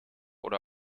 oder